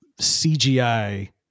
CGI